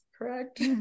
correct